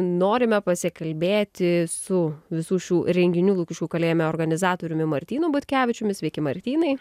norime pasikalbėti su visų šių renginių lukiškių kalėjime organizatoriumi martynu butkevičiumi sveiki martynai